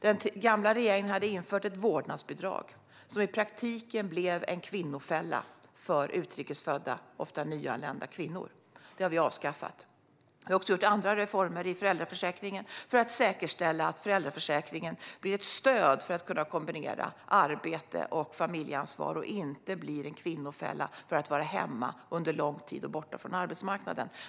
Den gamla regeringen hade infört ett vårdnadsbidrag som i praktiken blev en kvinnofälla för utrikesfödda, ofta nyanlända kvinnor. Det har vi avskaffat. Vi har också genomfört andra reformer i föräldraförsäkringen för att säkerställa att den blir ett stöd för att kunna kombinera arbete och familjeansvar och inte en kvinnofälla där man är hemma under lång tid och borta från arbetsmarknaden.